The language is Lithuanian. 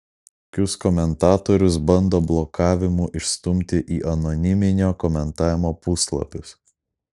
tokius komentatorius bando blokavimu išstumti į anoniminio komentavimo puslapius